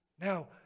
Now